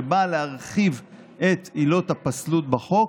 שבאה להרחיב את עילות הפסלות בחוק,